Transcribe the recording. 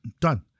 done